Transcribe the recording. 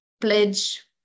Pledge